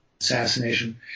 assassination